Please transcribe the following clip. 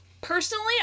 Personally